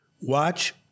Watch